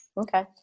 Okay